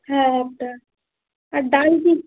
হ্যাঁ একটা আর ডাল কি